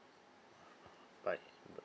bye